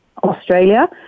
Australia